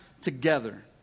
together